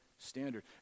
Standard